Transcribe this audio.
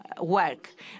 work